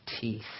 teeth